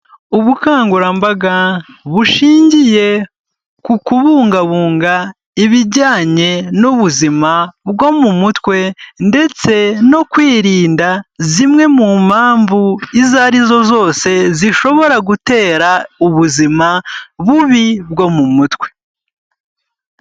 Ubukangurambaga bushingiye ku kubungabunga ibijyanye n' ubuzima bwo mu mutwe ndetse no kwirinda zimwe mu mpamvu izo ari zo zose zishobora gutera ubuzima bubi bwo mu mutwe.